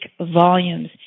volumes